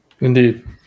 indeed